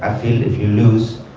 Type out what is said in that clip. ah feel if you lose,